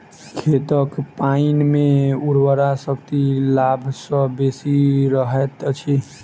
खेतक पाइन मे उर्वरा शक्ति सभ सॅ बेसी रहैत अछि